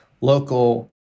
local